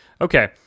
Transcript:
Okay